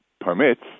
permits